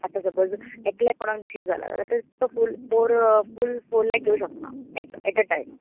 आतां सपोझ एकल्या कोणाक जाला तो फूल फौर तो फूल फौर लेख घेवूं शकता ऍट अ टायम